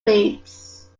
needs